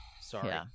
Sorry